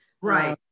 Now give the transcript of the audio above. Right